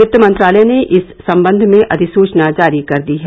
वित्त मंत्रालय ने इस संबंध में अधिसूचना जारी कर दी है